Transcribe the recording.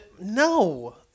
no